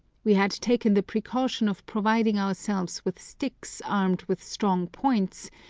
we had taken the precaution of providing ourselves with sticks armed with strong points,